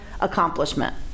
accomplishment